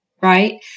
right